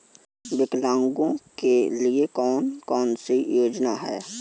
विकलांगों के लिए कौन कौनसी योजना है?